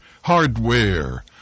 hardware